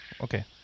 Okay